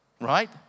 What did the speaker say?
right